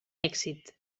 èxit